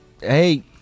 Hey